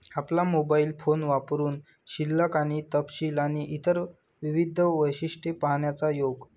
आपला mobile phone वापरुन शिल्लक आणि तपशील आणि इतर विविध वैशिष्ट्ये पाहण्याचा योग